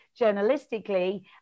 journalistically